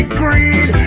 greed